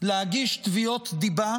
להגיש תביעות דיבה